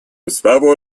уставу